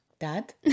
Dad